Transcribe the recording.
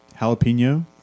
jalapeno